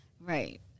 Right